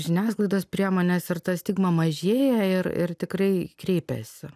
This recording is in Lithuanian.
žiniasklaidos priemones ir ta stigma mažėja ir ir tikrai kreipiasi